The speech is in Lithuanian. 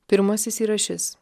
pirmasis yra šis